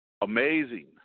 Amazing